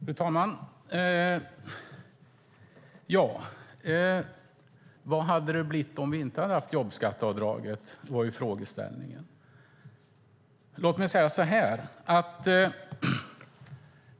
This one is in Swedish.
Fru talman! Hur hade det blivit om vi inte hade haft jobbskatteavdraget? var frågeställningen.